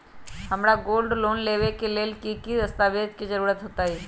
हमरा gold loan लेबे के लेल कि कि दस्ताबेज के जरूरत होयेत?